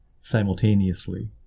simultaneously